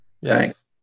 Yes